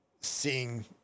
seeing